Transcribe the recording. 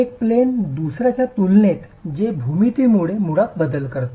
एक प्लेन दुसर्याच्या तुलनेत जे भूमितीमध्ये मुळात बदल करते